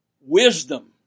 wisdom